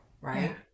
right